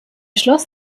schloss